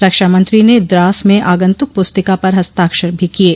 रक्षामंत्री ने द्रास में आगंतुक पुस्तिका पर हस्ताक्षर भी किये